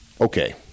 Okay